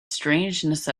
strangeness